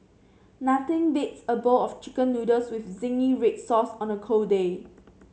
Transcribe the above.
nothing beats a bowl of chicken noodles with zingy red sauce on a cold day